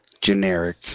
generic